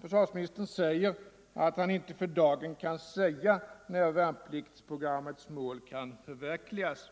Försvarsministern säger att han inte för dagen kan ange när värnpliktsprogrammets mål kan förverkligas.